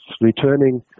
returning